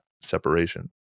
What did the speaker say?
separation